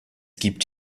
gibt